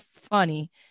funny